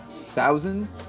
Thousand